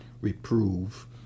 reprove